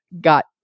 got